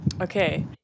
Okay